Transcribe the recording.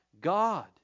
God